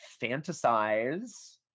fantasize